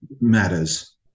matters